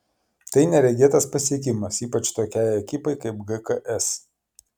tai neregėtas pasiekimas ypač tokiai ekipai kaip gks